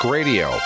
Radio